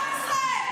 אז מה את מתפלאת בכלל?